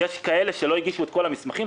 יש כאלה שלא הגישו את כל המסמכים,